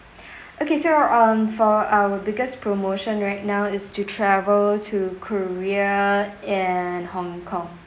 okay so um for our biggest promotion right now is to travel to korea and hong kong